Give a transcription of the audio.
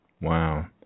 Wow